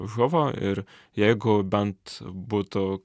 žuvo ir jeigu bent būtų